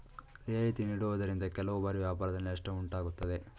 ರಿಯಾಯಿತಿ ನೀಡುವುದರಿಂದ ಕೆಲವು ಬಾರಿ ವ್ಯಾಪಾರದಲ್ಲಿ ನಷ್ಟ ಉಂಟಾಗುತ್ತದೆ